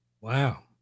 Wow